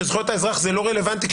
שזכויות האזרח זה לא רלוונטי,